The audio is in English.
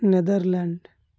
Netherlands